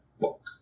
book